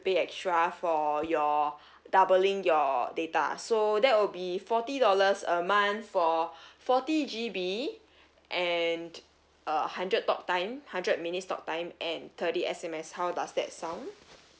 pay extra for your doubling your data so that will be forty dollars a month for forty G_B and uh hundred talk time hundred minutes talk time and thirty S_M_S how does that sound